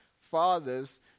Fathers